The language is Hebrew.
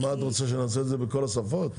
את רוצה שנעשה את זה בכל השפות?